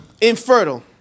Infertile